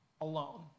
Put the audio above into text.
alone